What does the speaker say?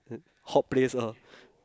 hot place ah